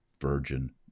Virgin